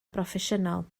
broffesiynol